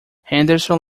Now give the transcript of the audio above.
henderson